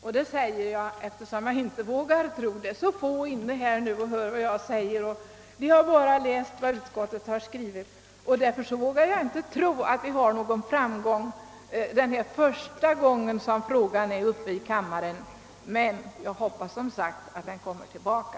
Eftersom så få ledamöter har lyssnat till vad som här sagts och eftersom de som inte är närvarande väl bara läst vad utskottet har skrivit, vågar jag knappast tro att vi motionärer skall ha någon framgång när frågan är uppe till behandling första gången. Men jag hoppas som sagt att den kommer tillbaka.